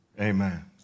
Amen